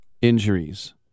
injuries